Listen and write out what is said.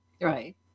Right